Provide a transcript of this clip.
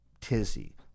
Tizzy